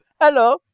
Hello